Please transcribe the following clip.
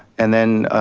and then,